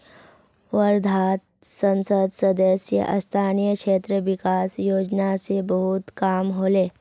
वर्धात संसद सदस्य स्थानीय क्षेत्र विकास योजना स बहुत काम ह ले